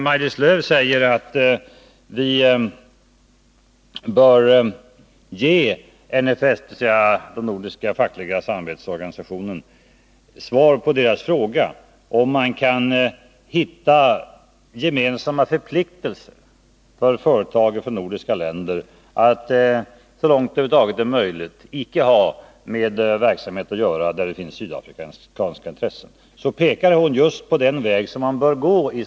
Maj-Lis Lööw säger att vi bör ge NFS, dvs. Nordiska fackliga samarbetsorganisationen, svar på frågan om man kan hitta gemensamma förpliktelser för företag och för nordiska länder att så långt det över huvud taget är möjligt icke ha att göra med verksamhet sammankopplad med sydafrikanska intressen. Då pekar hon just på den väg som man bör gå.